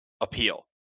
appeal